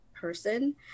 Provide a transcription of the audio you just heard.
person